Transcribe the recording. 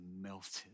melted